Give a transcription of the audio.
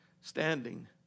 standing